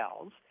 cells